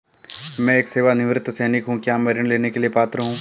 मैं एक सेवानिवृत्त सैनिक हूँ क्या मैं ऋण लेने के लिए पात्र हूँ?